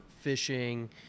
fishing